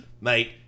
Mate